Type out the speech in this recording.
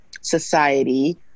society